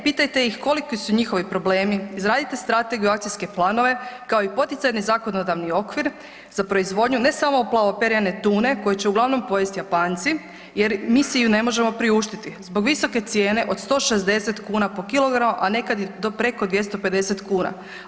Pitajte ih koliki su njihovi problemi, izradite strategiju, akcijske planove kao i poticajni zakonodavni okvir za proizvodnju ne samo plavoperjane tune koju će uglavnom pojesti Japanci jer mi si je ne možemo priuštiti zbog visoke cijene od 160 kuna po kilogramu, a nekad i do preko 250 kuna.